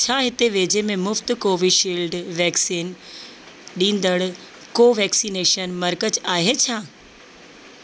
छा हिते वेझे में मुफ़्त कोवीशील्ड वैक्सीन ॾींदड़ु को वैक्सीनेशन मर्कज़ आहे छा